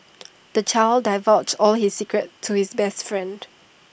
the child divulged all his secrets to his best friend